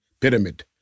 pyramid